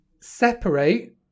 separate